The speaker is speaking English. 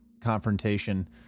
confrontation